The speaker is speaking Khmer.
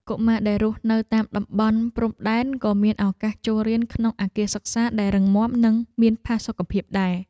កុមារដែលរស់នៅតាមតំបន់ព្រំដែនក៏មានឱកាសចូលរៀនក្នុងអគារសិក្សាដែលរឹងមាំនិងមានផាសុកភាពដែរ។